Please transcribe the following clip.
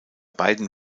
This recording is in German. beiden